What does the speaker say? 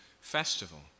festival